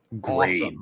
Great